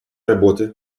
работы